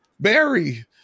barry